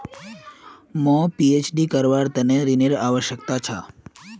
मौक पीएचडी करवार त न ऋनेर आवश्यकता छ